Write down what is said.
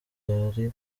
yari